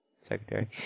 secretary